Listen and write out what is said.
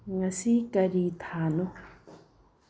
ꯉꯁꯤ ꯀꯔꯤ ꯊꯥꯅꯣ